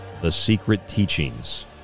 thesecretteachings